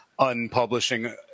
unpublishing